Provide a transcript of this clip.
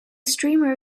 streamer